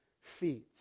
feet